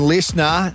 Listener